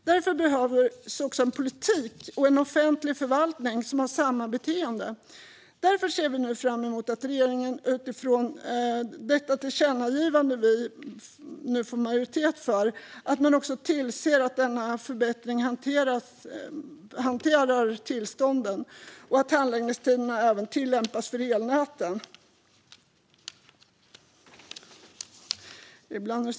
Därför behövs också en politik och en offentlig förvaltning som har samma beteende. Därför ser vi fram emot att regeringen utifrån det tillkännagivande vi nu får majoritet för tillser att denna förbättrade hantering av tillstånd och handläggningstider även tilllämpas för elnät.